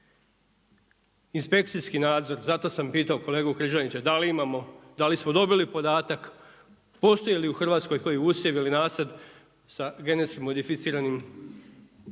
Inspekcijski nadzor, zato sam pitao kolegu Križanića da li imamo, da li smo dobili podatak, postoji li u Hrvatskoj koji usad ili nasad sa genetski modificiranim sjemenom,